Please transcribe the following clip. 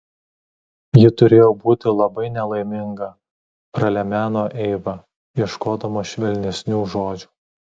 ji turėjo būti labai nelaiminga pralemeno eiva ieškodama švelnesnių žodžių